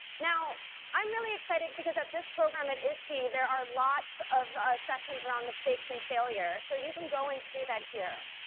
now i'm really excited because at this program at iste there are lots of sessions around mistakes and failure so you can go and see that here